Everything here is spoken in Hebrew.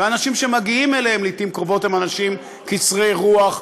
והאנשים שמגיעים אליהם הם לעתים קרובות אנשים קצרי רוח,